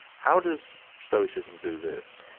how does stoicism do this?